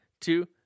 two